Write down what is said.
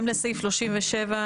ראשית,